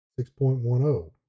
6.10